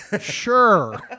Sure